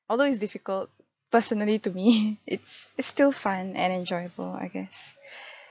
although it's difficult personally to me it's it's still fun and enjoyable I guess